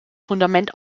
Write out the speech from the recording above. fundament